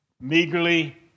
meagerly